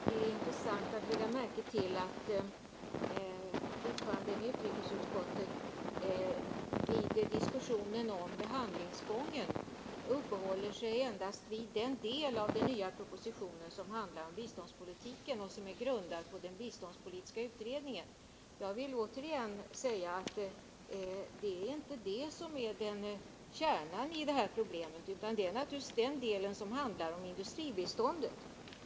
Herr talman! Det är intressant att lägga märke till att ordföranden i utrikesutskottet vid diskussionen om behandlingsgången uppehåller sig endast vid den del av den nya propositionen som handlar om biståndspolitiken och som är grundad på den biståndspolitiska utredningen. Jag vill återigen säga att det är inte det som är kärnan i det här problemet, utan det är naturligtvis den delen som handlar om industribiståndet.